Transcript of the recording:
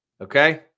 Okay